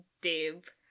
Dave